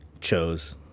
chose